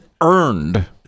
earned